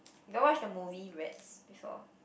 you got watch the movie Rats before